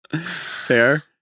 Fair